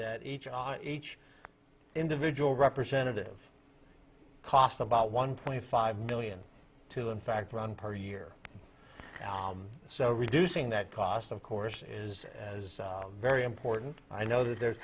that each on each individual representative cost about one point five million to in fact run per year so reducing that cost of course is very important i know that there's